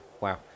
wow